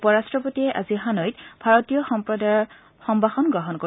উপ ৰাষ্ট্ৰপতিয়ে আজি হানৈত ভাৰতীয় সম্প্ৰদায়ৰ সম্ভাষণ গ্ৰহণ কৰিব